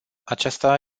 aceasta